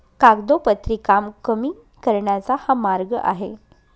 कागदोपत्री काम कमी करण्याचा हा मार्ग आहे